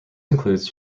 includes